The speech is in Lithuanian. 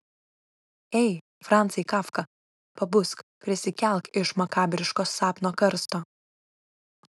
ei francai kafka pabusk prisikelk iš makabriško sapno karsto